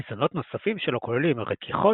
מזונות נוספים שלו כוללים רכיכות,